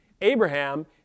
Abraham